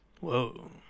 Whoa